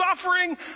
suffering